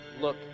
look